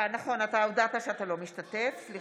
(קוראת בשמות חברי הכנסת) ניצן הורוביץ,